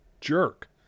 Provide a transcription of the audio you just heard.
jerk